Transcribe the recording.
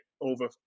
over